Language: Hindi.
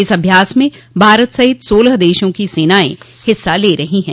इस अभ्यास में भारत सहित सोलह देशों की सेनाएं हिस्सा ले रही हैं